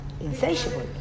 Insatiable